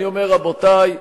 אני אומר, רבותי,